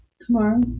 Tomorrow